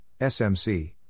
SMC